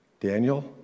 Daniel